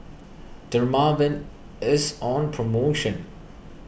Dermaveen is on promotion